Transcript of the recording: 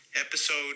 episode